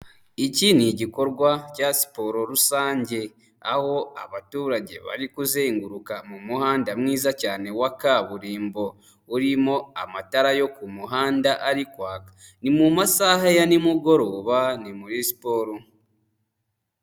Iki ni igikorwa cya siporo rusange, aho abaturage bari kuzenguruka mu muhanda mwiza cyane wa kaburimbo urimo amatara yo ku muhanda ari kwaka. Ni mu masaha ya nimugoroba ni muri siporo.